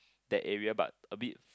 that area but a bit